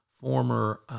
former